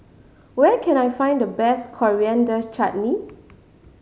where can I find the best Coriander Chutney